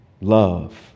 Love